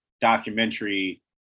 documentary